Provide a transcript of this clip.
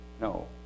No